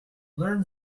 learn